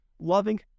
loving